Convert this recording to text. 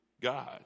God